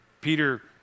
Peter